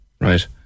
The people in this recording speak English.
right